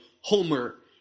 Homer